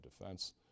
defense